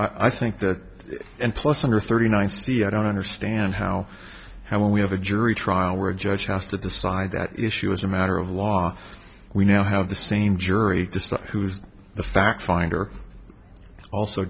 i think that and plus under thirty nine c i don't understand how how when we have a jury trial where a judge has to decide that issue as a matter of law we now have the same jury decide who's the fact finder also